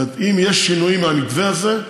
כלומר, אם יש שינויים מהמתווה הזה,